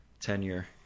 tenure